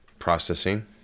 processing